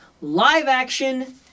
live-action